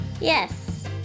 Yes